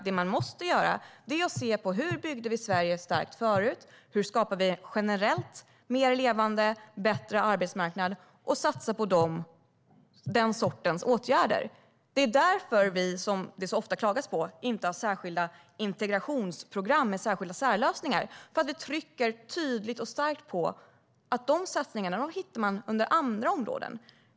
Det man måste göra är att se på hur Sverige byggdes starkt förut och hur generellt en mer levande och bättre arbetsmarknad skapas - och satsa på den sortens åtgärder. Det är därför vi, som det så ofta klagas på, inte har särskilda integrationsprogram med särlösningar. Vi trycker tydligt och starkt på att de satsningarna finns på andra områden.